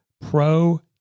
pro